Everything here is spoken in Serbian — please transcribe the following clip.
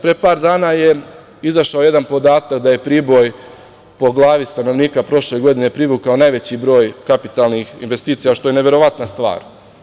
Pre par dana je izašao jedan podatak da je Priboj po glavi stanovnika prošle godine privukao najveći broj kapitalnih investicija, što je neverovatna stvar.